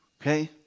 Okay